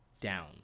down